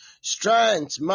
Strength